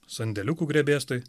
sandėliukų grebėstai